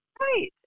Right